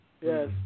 yes